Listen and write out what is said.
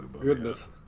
Goodness